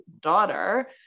daughter